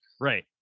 right